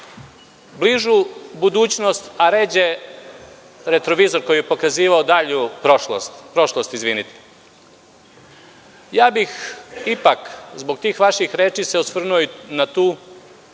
bližu budućnost, a ređe u retrovizor koji je pokazivao prošlost. Ja bih ipak, zbog tih vaših reči se osvrnuo i na tu